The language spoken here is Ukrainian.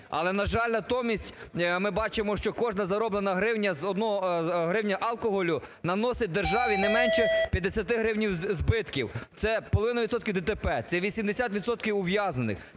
Але, на жаль, натомість ми бачимо, що кожна зароблена гривня з алкоголю наносить державі не менше 50 гривень збитків. Це половина відсотків ДТП, це 80 відсотків